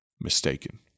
mistaken